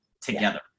together